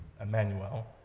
Emmanuel